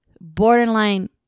borderline